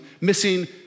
missing